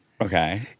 Okay